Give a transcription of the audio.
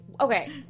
Okay